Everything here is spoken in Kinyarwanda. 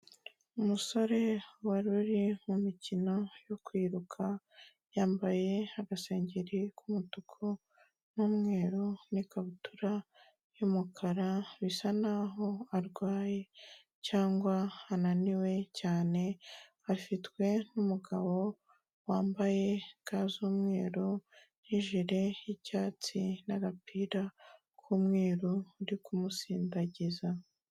Umusore wari uri mu mikino yo kwiruka, yambaye agasengeri k'umutuku n'umweru n'ikabutura y'umukara, bisa naho arwaye cyangwa ananiwe cyane, afitwe n'umugabo wambaye ga z'umweru ni'ijiri y'icyatsi n'agapira k'umweru uri kumusindagiza.